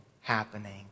happening